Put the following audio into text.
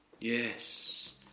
Yes